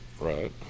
Right